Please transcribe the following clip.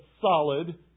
solid